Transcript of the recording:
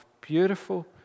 Beautiful